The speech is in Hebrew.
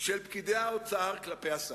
של פקידי האוצר כלפי השר,